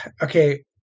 okay